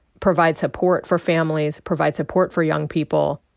provide support for families, provide support for young people,